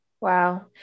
Wow